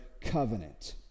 covenant